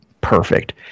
perfect